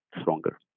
stronger